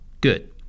Good